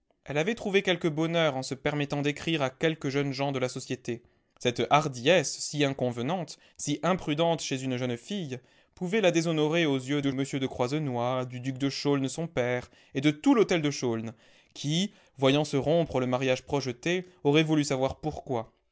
elle avait trouvé quelque bonheur en se permettant d'écrire à quelques jeunes gens de la société cette hardiesse si inconvenante si imprudente chez une jeune fille pouvait la déshonorer aux yeux de m de croisenois du duc de chaulnes son père et de tout l'hôtel de chaulnes qui voyant se rompre le mariage projeté aurait voulu savoir pourquoi